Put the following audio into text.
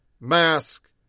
mask